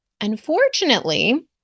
Unfortunately